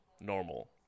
normal